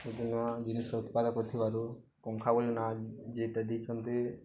କେତେ ନୂଆ ଜିନିଷ ଉତ୍ପାଦ କରିଥିବାରୁ ପଙ୍ଖା ବୋଲି ନାଁ ଯେନ୍ଟା ଦେଇଛନ୍ତି